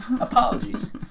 Apologies